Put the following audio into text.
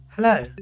Hello